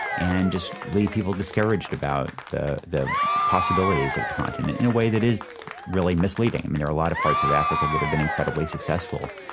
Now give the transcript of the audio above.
and just leave people discouraged about the the possibilities of the continent in a way that is really misleading. i mean, there are a lot of parts of africa that have been incredibly successful.